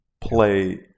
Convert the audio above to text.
play